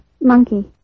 monkey